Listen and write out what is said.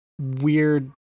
weird